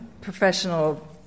professional